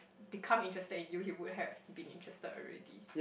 become interested in you he would have been interested already